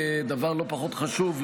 דבר לא פחות חשוב,